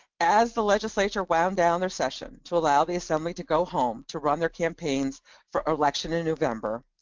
as the legislature wound down their session to allow the assembly to go home to run their campaigns for election in november,